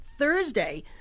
Thursday